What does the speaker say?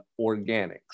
Organics